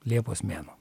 liepos mėnuo